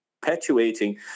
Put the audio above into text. perpetuating